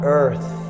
earth